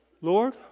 Lord